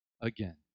again